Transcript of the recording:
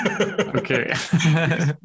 okay